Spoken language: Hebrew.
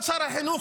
כבוד שר החינוך,